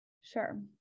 Sure